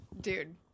Dude